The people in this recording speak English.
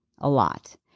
a lot.